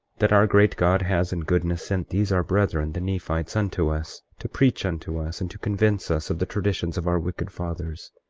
that our great god has in goodness sent these our brethren, the nephites, unto us to preach unto us, and to convince us of the traditions of our wicked fathers.